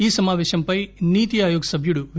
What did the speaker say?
ఈ సమావేశంపై నీతిఆయోగ్ సభ్యుడు వి